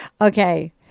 Okay